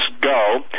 go